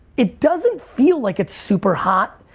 it doesn't feel like it's super hot.